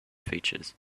features